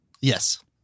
Yes